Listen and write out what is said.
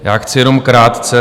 Já chci jen krátce.